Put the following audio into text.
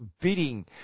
Bidding